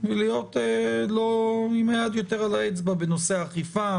ולהיות עם היד על הדופק בנושא אכיפה,